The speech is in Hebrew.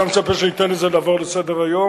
אתה מצפה שניתן על זה לעבור לסדר-היום?